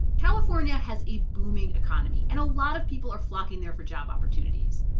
california has a booming economy, and a lot of people are flocking there for job opportunities.